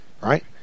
Right